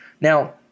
Now